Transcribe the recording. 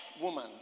woman